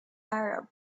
arab